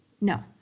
No